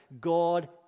God